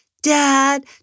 Dad